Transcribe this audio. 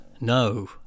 no